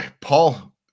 Paul